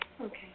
Okay